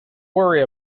worry